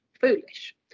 foolish